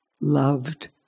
loved